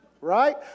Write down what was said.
Right